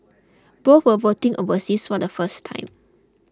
both were voting overseas for the first time